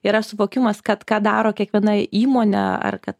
yra suvokimas kad ką daro kiekviena įmonė ar kad